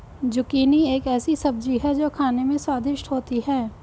zucchini एक ऐसी सब्जी है जो खाने में स्वादिष्ट होती है